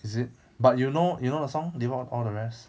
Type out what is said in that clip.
is it but you know you know the song leave out all the rest